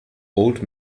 old